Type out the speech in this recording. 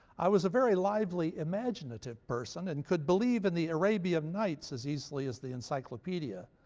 i was a very lively, imaginative person and could believe in the arabian knights as easily as the encyclopedia,